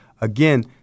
again